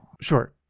Sure